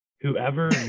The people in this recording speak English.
whoever